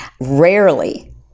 rarely